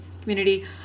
community